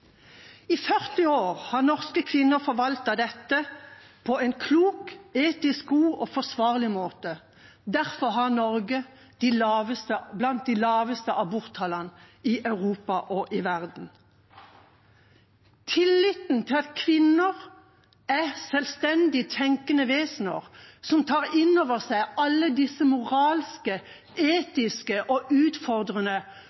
I 40 år har norske kvinner forvaltet dette på en klok, etisk god og forsvarlig måte. Derfor har Norge blant de laveste aborttallene i Europa og i verden. Tilliten til at kvinner er selvstendig tenkende vesener som tar inn over seg alle disse moralske,